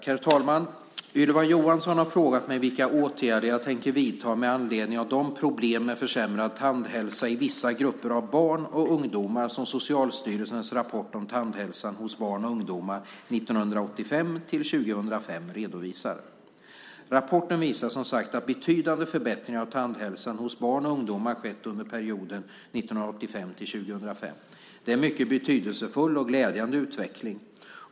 Herr talman! Ylva Johansson har frågat mig vilka åtgärder jag tänker vidta med anledning av de problem med försämrad tandhälsa i vissa grupper av barn och ungdomar som Socialstyrelsens rapport om tandhälsan hos barn och ungdomar 1985-2005 redovisar. Rapporten visar som sagt att betydande förbättringar av tandhälsan hos barn och ungdomar skett under perioden 1985-2005. Detta är en mycket betydelsefull och glädjande utveckling.